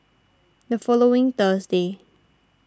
the following Thursday